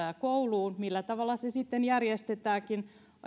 kouluun millä tavalla se sitten järjestetäänkin